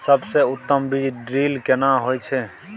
सबसे उत्तम बीज ड्रिल केना होए छै?